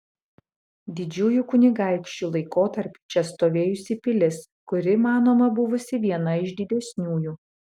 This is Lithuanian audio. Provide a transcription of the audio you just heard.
didžiųjų kunigaikščių laikotarpiu čia stovėjusi pilis kuri manoma buvusi viena iš didesniųjų